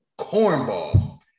cornball